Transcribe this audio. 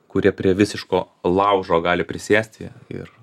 kurie prie visiško laužo gali prisėsti ir